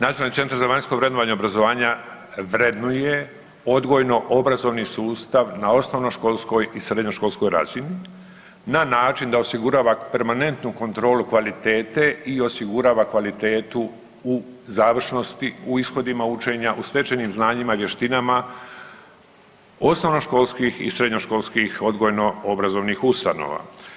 Nacionalni centar za vanjsko vrednovanje obrazovanja vrednuje odgojno obrazovni sustav na osnovnoškolskoj i srednjoškolskoj razini na način da osigurava permanentnu kontrolu kvalitete i osigurava kvalitetu u završnosti u ishodima učenja u stečenim znanjima i vještinama osnovnoškolskih i srednjoškolskih odgojno obrazovnih ustanova.